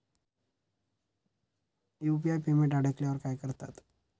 UPI payment अडकल्यावर काय करतात?